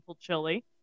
chili